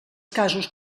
casos